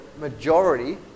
majority